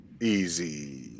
easy